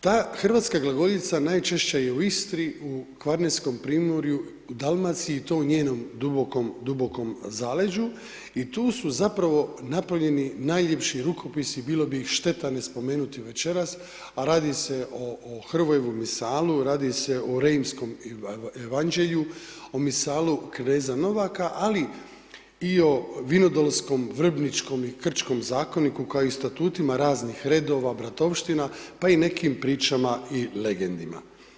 Ta hrvatska glagoljica najčešće je u Istri, u Kvarnerskom primorju, Dalmaciji i to u njenom dubokom, dubokom zaleđu i tu su zapravo napravljeni najljepši rukopisi, bilo bi ih šteta ne spomenuti večeras, a radi se o Hrvojevom misalu, radi se o ... evanđelju, o Misalu kneza Novaka ali i o Vinodolskom, Vrbničkom i Krčkom zakoniku kao i statutima raznih redova, bratovština pa i nekim pričama i legendama.